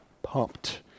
pumped